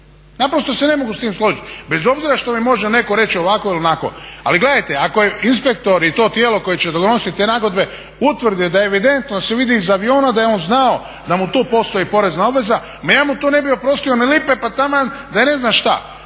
Naprosto se ne mogu s tim složit. Bez obzira što mi može neko reći ovako ili onako. Ali gledajte, ako je inspektor i to tijelo koje će donositi te nagodbe utvrdi da evidentno s vidi iz aviona da je on znao da mu tu postoji porezna obveza, ma ja mu to ne bi oprostio ni lipe pa taman da je ne znam šta.